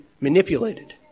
manipulated